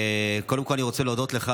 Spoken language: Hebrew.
קודם כול אני רוצה להודות לך